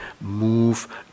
move